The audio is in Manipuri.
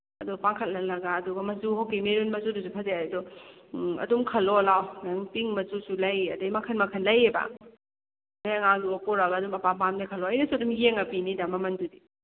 ꯑꯗꯨ ꯄꯥꯟꯈꯠꯍꯜꯂꯒ ꯑꯗꯨꯒ ꯃꯆꯨ ꯀꯩ ꯃꯦꯔꯨꯟ ꯃꯆꯨꯗꯨꯁꯨ ꯐꯖꯩ ꯑꯗꯨ ꯑꯗꯨꯝ ꯈꯜꯂꯣ ꯂꯥꯎ ꯅꯪ ꯄꯤꯡ ꯃꯆꯨꯁꯨ ꯂꯩ ꯑꯗꯩ ꯃꯈꯟ ꯃꯈꯟ ꯂꯩꯌꯦꯕ ꯅꯣꯏ ꯑꯉꯥꯡꯗꯨꯒ ꯄꯨꯔꯒ ꯑꯗꯨꯝ ꯑꯄꯥꯝ ꯄꯥꯝꯕꯗ ꯈꯜꯂꯣ ꯑꯩꯅꯁꯨ ꯑꯗꯨꯝ ꯌꯦꯡꯉ ꯄꯤꯅꯤꯗ ꯃꯃꯟꯗꯨꯗꯤ